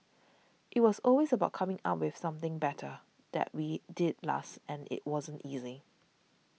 it was always about coming up with something better that we did last and it wasn't easy